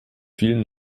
vielen